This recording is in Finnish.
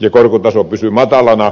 ja korkotaso pysyy matalana